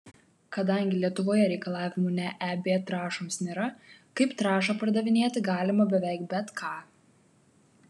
kadangi lietuvoje reikalavimų ne eb trąšoms nėra kaip trąšą pardavinėti galima beveik bet ką